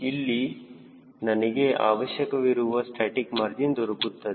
ಅಲ್ಲಿ ನನಗೆ ಅವಶ್ಯಕವಿರುವ ಸ್ಟಾಸ್ಟಿಕ್ ಮಾರ್ಜಿನ್ ದೊರಕುತ್ತದೆ